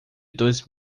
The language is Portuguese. dois